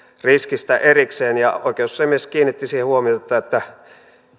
riskistä erikseen oikeusasiamies kiinnitti siihen huomiota että